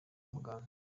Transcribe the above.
muganga